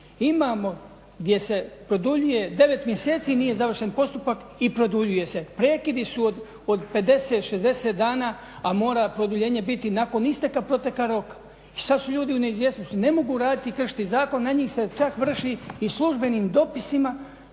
Imamo gdje se produljuje, 9 mjeseci nije završen postupak i produljuje se. Prekidi su od 50, 60 dana, a mora produljenje biti nakon isteka proteka roka. I sad su ljudi u neizvjesnosti, ne mogu raditi i kršiti zakon, na njih se čak vrši i službenim dopisima